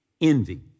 envy